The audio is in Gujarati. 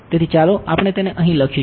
તેથી ચાલો આપણે તેને અહીં લખીશું